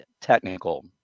technical